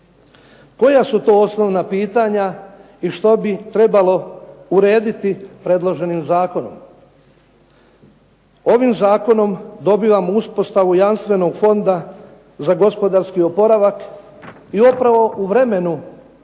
Koja su to osnovna pitanja i što bi trebalo urediti predloženim zakonom? Ovim zakonom dobivamo uspostavu jamstvenog fonda za gospodarski oporavak i upravo u vremenu